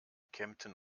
kempten